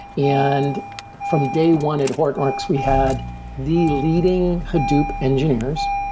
and from day one at hortonworks, we had the leading hadoop engineers.